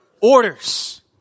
Orders